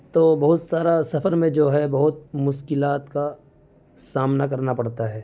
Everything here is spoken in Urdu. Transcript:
تو بہت سارا سفر میں جو ہے بہت مشکلات کا سامنا کرنا پڑتا ہے